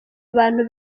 abantu